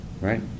right